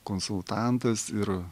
konsultantas ir